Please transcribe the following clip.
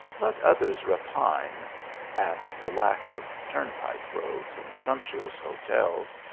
let others repine at the lack of turnpike roads and sumptuous hotels,